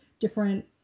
different